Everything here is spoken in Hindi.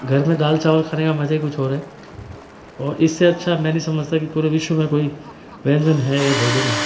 घर में दाल चावल खाने का मज़ा ही कुछ और है और इससे अच्छा मैं नहीं समझता कि पूरे विश्व में कोई व्यंजन है या भोजन है